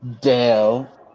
Dale